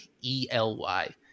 E-L-Y